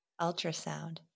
ultrasound